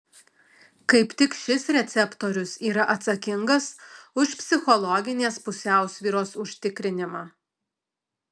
kaip tik šis receptorius yra atsakingas už psichologinės pusiausvyros užtikrinimą